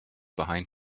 behind